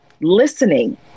listening